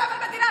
תודה רבה.